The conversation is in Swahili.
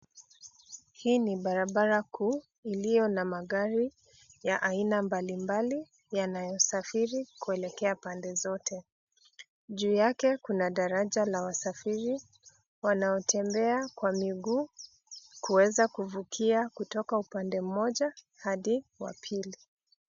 Hii ni barabara kuu, iliyo na magari ya aina mbalimbali, yanayosafiri kuelekea pande zote. Juu yake, kuna daraja la wasafiri, wanaotembea kwa miguu, kuweza kuvukia kutoka upande mmoja, hadi wa pili.